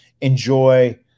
enjoy